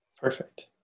perfect